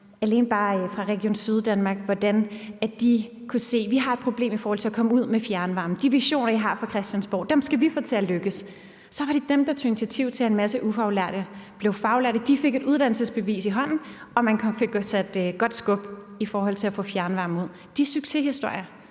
høre fra f.eks. Region Syddanmark, er, at de kunne se, at de har et problem med at komme ud med fjernvarme. De visioner, vi har fra Christiansborg, skal de få til at lykkes. Så det var dem, der tog initiativ til, at en masse ufaglærte blev faglærte. De fik et uddannelsesbevis i hånden, og man fik sat godt skub i det med at få fjernvarme ud. De succeshistorier